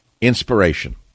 Inspiration